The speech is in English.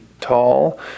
tall